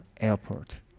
airport